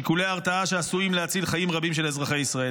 שיקולי הרתעה שעשויים להציל חיים רבים של אזרחי ישראל.